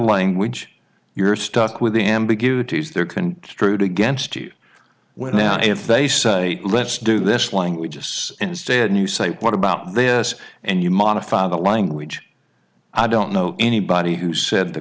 language you're stuck with the ambiguity is there can strewed against you well now if they say let's do this language just instead you say what about this and you modify the language i don't know anybody who said th